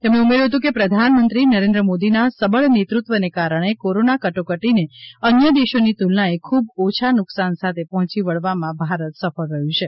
તેમણે ઉમેર્યું હતું કે પ્રધાનમંત્રી નરેન્દ્ર મોદીના સબળ નેતૃત્વને કારણે કોરોના કટોકટીને અન્ય દેશોની તુલનાએ ખૂબ ઓછા નુકશાન સાથેપહોચી વળવામાં ભારત સફળ રહ્યું છે